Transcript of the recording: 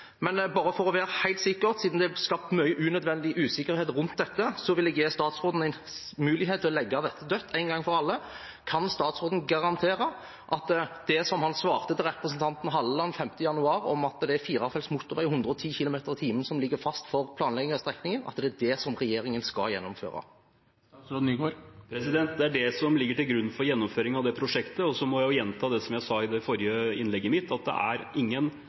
Bare for å være helt sikker, siden det er skapt mye unødvendig usikkerhet rundt dette, vil jeg gi statsråden en mulighet til å legge dette dødt en gang for alle: Kan statsråden garantere at det han svarte til representanten Halleland 5. januar 2022, om at det er firefelts motorvei og 110 km/t som ligger fast for planlegging av strekningen, er det regjeringen skal gjennomføre? Det er det som ligger til grunn for gjennomføring av prosjektet. Så må jeg gjenta det jeg sa i det forrige innlegget mitt, at det er ingen